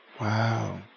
wow